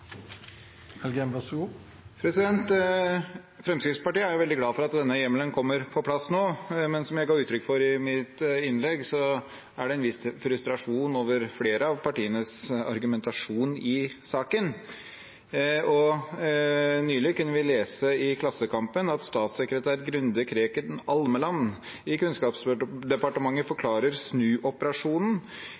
jo veldig glad for at denne hjemmelen kommer på plass nå, men som jeg ga uttrykk for i mitt innlegg, er det en viss frustrasjon over flere av partienes argumentasjon i saken. Nylig kunne vi lese i Klassekampen at statssekretær Grunde Kreken Almeland i Kunnskapsdepartementet forklarer snuoperasjonen